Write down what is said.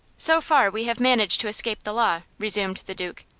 so far, we have managed to escape the law, resumed the duke.